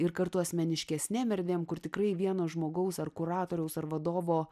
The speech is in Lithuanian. ir kartu asmeniškesnėm erdvėm kur tikrai vieno žmogaus ar kuratoriaus ar vadovo